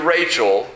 Rachel